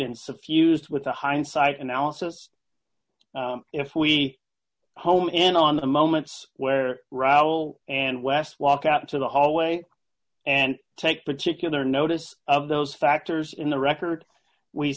and suffused with a hindsight analysis if we home in on the moments where raul and wes walk out to the hallway and take particular notice of those factors in the record we